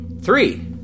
Three